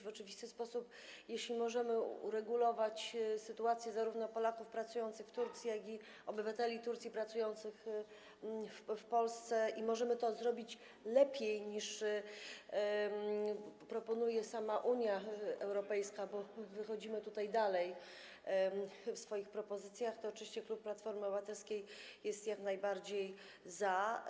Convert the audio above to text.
W oczywisty sposób, jeśli możemy uregulować sytuację zarówno Polaków pracujących w Turcji, jak i obywateli Turcji pracujących w Polsce, jeżeli możemy to zrobić lepiej, niż proponuje sama Unia Europejska, bo wychodzimy dalej w swoich propozycjach, to oczywiście klub Platforma Obywatelska jest jak najbardziej za.